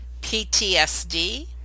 PTSD